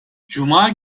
cuma